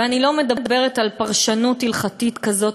ואני לא מדברת על פרשנות הלכתית כזאת